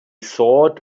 thought